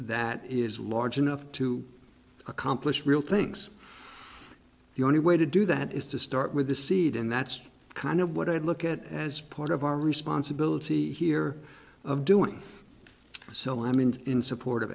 that is large enough to accomplish real things the only way to do that is to start with the seed and that's kind of what i look at as part of our responsibility here of doing so i mean in support of